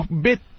bit